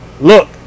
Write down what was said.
look